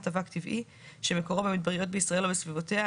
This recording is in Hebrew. אבק טבעי שמקורו במדבריות בישראל או בסביבותיה,